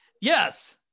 Yes